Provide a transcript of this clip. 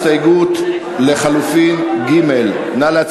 השינוי באופיים מובילה לעיוות בשלושה מישורים שונים: ראשית,